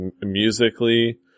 musically